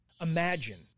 Imagine